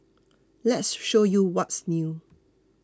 let's show you what's new